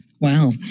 Wow